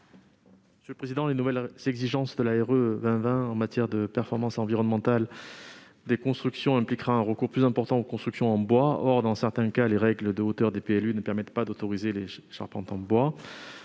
environnementale pour 2020 (RE2020) en matière de performance environnementale des constructions impliqueront un recours plus important aux constructions en bois. Or, dans certains cas, les règles de hauteur des PLU ne permettent pas d'autoriser des charpentes en bois